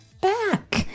back